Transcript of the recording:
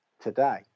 today